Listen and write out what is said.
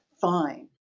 fine